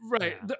Right